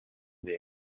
дейм